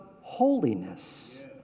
holiness